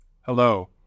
hello